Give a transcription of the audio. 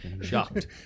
shocked